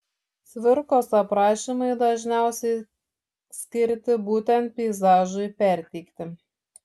cvirkos aprašymai dažniausiai skirti būtent peizažui perteikti